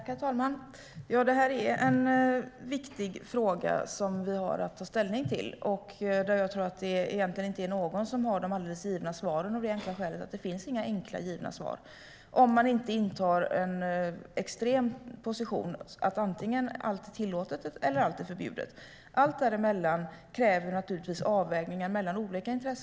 Herr talman! Detta är en viktig fråga som vi har att ta ställning till. Jag tror inte att det är någon som har de alldeles givna svaren, av det enkla skälet att det inte finns några enkla givna svar om man inte intar extrempositioner: att allt antingen är tillåtet eller förbjudet. Allt däremellan kräver naturligtvis avvägningar mellan olika intressen.